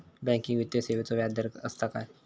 Banking वित्तीय सेवाचो व्याजदर असता काय?